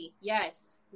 yes